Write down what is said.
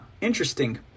interesting